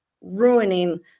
ruining